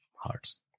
hearts